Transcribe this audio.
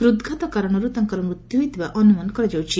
ହୂଦ୍ଘାତ କାରଣରୁ ତାଙ୍କର ମୃତ୍ୟୁ ହୋଇଥିବା ଅନୁମାନ କରାଯାଇଛି